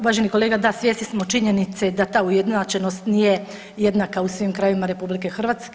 Uvaženi kolega da svjesni smo činjenice da ta ujednačenost nije jednaka u svim krajevima RH.